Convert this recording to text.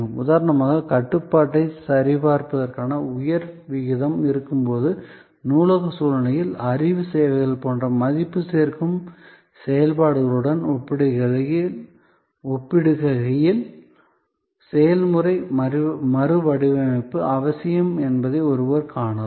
உதாரணமாக கட்டுப்பாட்டைச் சரிபார்ப்பதற்கான உயர் விகிதம் இருக்கும்போது நூலக சூழ்நிலையில் அறிவுச் சேவைகள் போன்ற மதிப்பு சேர்க்கும் செயல்பாடுகளுடன் ஒப்பிடுகையில் செயல்முறை மறுவடிவமைப்பு அவசியம் என்பதை ஒருவர் காணலாம்